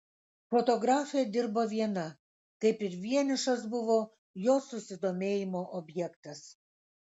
fotografė dirbo viena kaip ir vienišas buvo jos susidomėjimo objektas